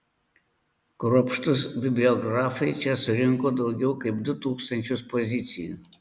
kruopštūs bibliografai čia surinko daugiau kaip du tūkstančius pozicijų